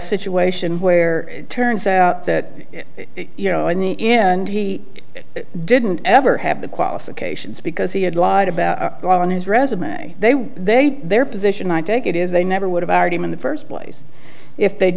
situation where it turns out that you know i knew and he didn't ever have the qualifications because he had lied about go on his resume they were there their position i take it is they never would have already been the first place if they'd